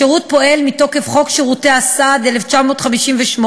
השירות פועל מתוקף חוק שירותי הסעד, 1958,